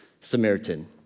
Samaritan